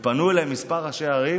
פנו אליי כמה ראשי ערים